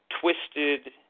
twisted